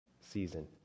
season